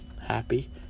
happy